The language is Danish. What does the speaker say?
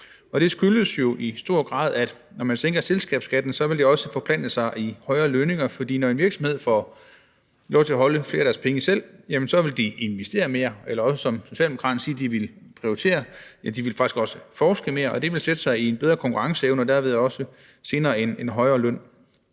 Det skyldes jo i høj grad, at når man sænker selskabsskatten, vil det også vil forplante sig i højere lønninger, for når en virksomhed får lov til at beholde lidt flere af sine penge selv, vil den investere mere, eller også, som Socialdemokraterne vil sige, faktisk også forske mere, og det vil sætte sig i en bedre konkurrenceevne og derved senere også i en højere løn.